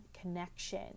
connection